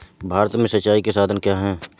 भारत में सिंचाई के साधन क्या है?